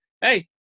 hey